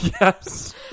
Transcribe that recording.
Yes